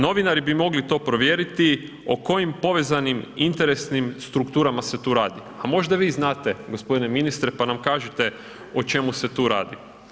Novinari bi mogli to provjeriti o kojim povezanim interesnim strukturama se tu radi, a možda vi znate g. ministre, pa nam kažite o čemu se tu radi?